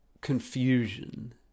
confusion